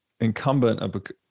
incumbent